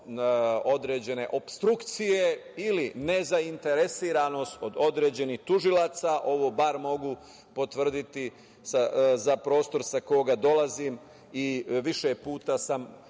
određene opstrukcije ili nezainteresovanost od određenih tužilaca, ovo bar mogu potvrditi za prostor sa koga dolazim i više puta sam